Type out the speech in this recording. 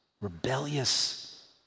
Rebellious